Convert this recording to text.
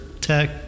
tech